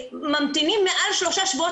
ממתינים מעל שלושה שבועות,